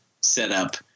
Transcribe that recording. setup